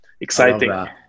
exciting